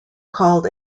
called